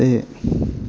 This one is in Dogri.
ते